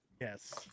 Yes